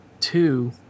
Two